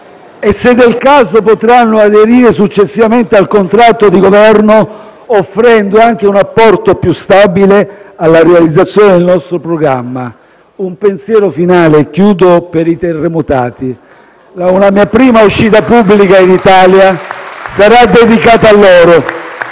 se del caso, potranno aderire successivamente al contratto di Governo, offrendo anche un apporto più stabile alla realizzazione del nostro programma. Un pensiero finale - e concludo - va ai terremotati: una mia prima uscita pubblica in Italia sarà dedicata a loro.